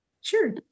Sure